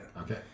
Okay